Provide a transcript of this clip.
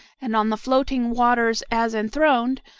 and, on the floating waters as enthroned,